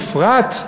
בפרט,